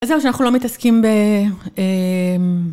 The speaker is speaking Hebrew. אז זהו, שאנחנו לא מתעסקים ב...